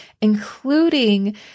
including